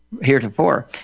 heretofore